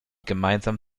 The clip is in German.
gemeinsam